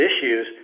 issues